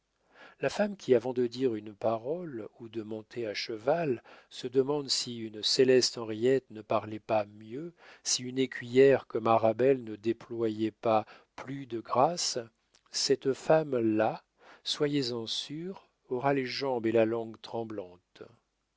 la femme qui avant de dire une parole ou de monter à cheval se demande si une céleste henriette ne parlait pas mieux si une écuyère comme arabelle ne déployait pas plus de grâces cette femme-là soyez-en sûr aura les jambes et la langue tremblantes